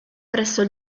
presso